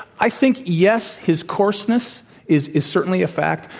i think, yes, his coarseness is is certainly a fact.